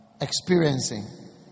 Experiencing